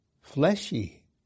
fleshy